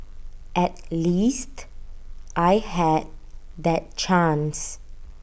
at least I had that chance